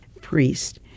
Priest